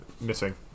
missing